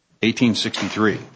1863